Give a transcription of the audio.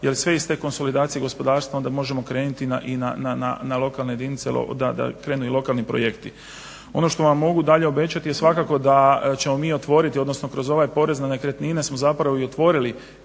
jel sve iz te konsolidacije gospodarstva onda možemo krenuti i na lokalne jedinice da krenu lokalni projekti. Ono što vam mogu dalje obećati je svakako da ćemo mi otvoriti odnosno kroz ovaj porez na nekretnine smo i otvorili